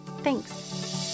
Thanks